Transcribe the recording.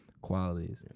qualities